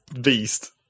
Beast